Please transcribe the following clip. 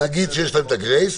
נגיד שיש להם את הגרייס,